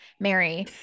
Mary